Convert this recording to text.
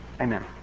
Amen